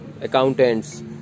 accountants